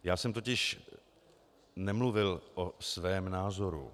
Já jsem totiž nemluvil o svém názoru.